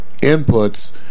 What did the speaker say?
inputs